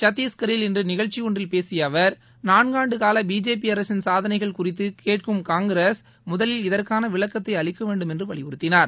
சத்தீஷ்கரில் இன்று நிகழ்ச்சி ஒன்றில் பேசிய அவர் நான்காண்டு கால பிஜேபி அரசின் சாதனைகள் குறித்து கேட்கும் காங்கிரஸ் முதலில் இதற்கான விளக்கத்தை அளிக்கவேண்டும் என்று வலியுறுத்தினார்